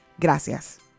Gracias